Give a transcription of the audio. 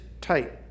tight